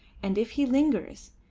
and if he lingers,